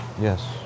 Yes